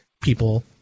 people